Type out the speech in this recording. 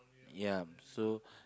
ya so